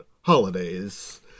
holidays